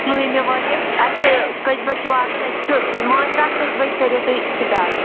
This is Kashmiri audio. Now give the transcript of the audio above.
دٔہِمہِ وٲتۍ أسۍ اَسہِ کٔژِ بَجہِ چھُ واتُن أسۍ چھِ مٲنٛزِ راتھ اَکھ کٔژِ بَجہِ کٔرِو تُہۍ سِٹاٹ